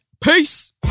Peace